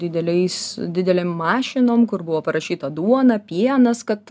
dideliais didelėm mašinom kur buvo parašyta duona pienas kad